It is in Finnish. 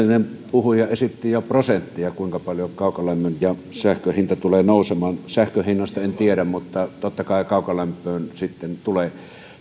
puhuja esitti jo prosentteja kuinka paljon kaukolämmön ja sähkön hinnat tulevat nousemaan sähkön hinnasta en tiedä mutta totta kai kaukolämpöön sitten tulee